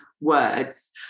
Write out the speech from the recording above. words